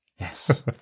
Yes